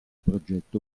progetto